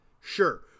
Sure